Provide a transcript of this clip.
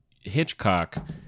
Hitchcock